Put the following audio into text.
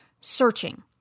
searching